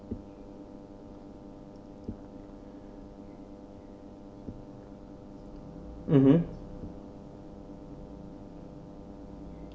mmhmm